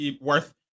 worth